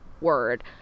word